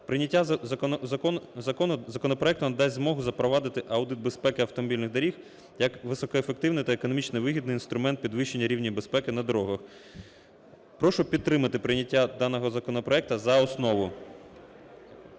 Прийняття законопроекту нам дасть змогу запровадити аудит безпеки автомобільних доріг як високоефективний та економічно вигідний інструмент підвищення рівня безпеки на дорогах. Прошу підтримати прийняття даного законопроекту за основу.